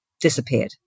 disappeared